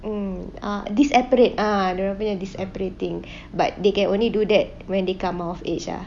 mm ah disapparate ah dia orang disapparating but they can only do that when they come of age ah